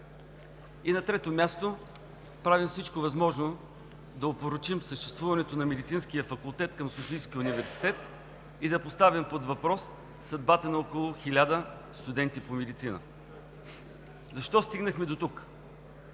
На трето място, правим всичко възможно да опорочим съществуването на Медицинския факултет към Софийския университет и да поставим под въпрос съдбата на около хиляда студенти по медицина. Защо стигнахме дотук?